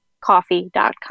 coffee.com